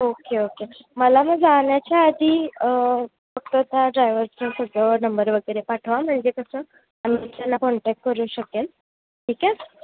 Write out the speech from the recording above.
okay okay मला मग जाण्याच्या आधी फक्त त्या ड्रायवरचा सगळं नंबर वगैरे पाठवा म्हणजे कसं मी त्यांला कॉन्टॅक्ट करू शकेल ठीक आहे